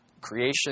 Creation